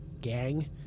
gang